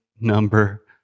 number